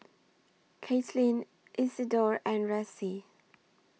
Katlyn Isidor and Ressie